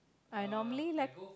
I normally like